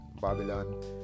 Babylon